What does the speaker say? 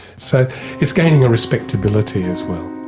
so it's gaining a respectability as well.